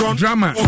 drama